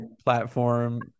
platform